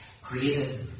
created